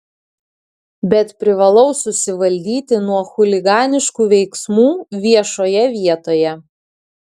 bet privalau susivaldyti nuo chuliganiškų veiksmų viešoje vietoje